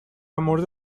مورد